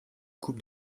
coupe